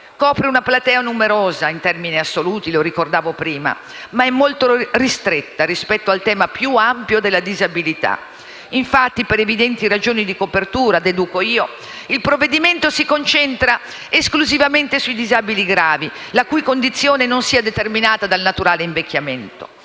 copre una platea numerosa in termini assoluti (lo ricordavo prima), che però è molto ristretta rispetto al tema più ampio della disabilità. Infatti, per evidenti ragioni di copertura - deduco io - il provvedimento si concentra esclusivamente sui disabili gravi, la cui condizione non sia determinata dal naturale invecchiamento.